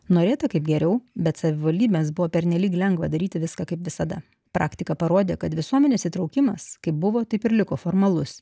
norėta kaip geriau bet savivaldybės buvo pernelyg lengva daryti viską kaip visada praktika parodė kad visuomenės įtraukimas kaip buvo taip ir liko formalus